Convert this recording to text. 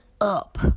up